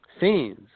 Scenes